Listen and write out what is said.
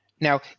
Now